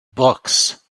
books